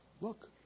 Look